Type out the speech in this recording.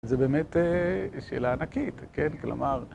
זה באמת שאלה ענקית, כן? כלומר...